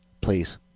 please